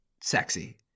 sexy